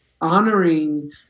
honoring